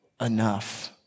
enough